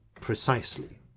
precisely